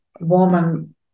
woman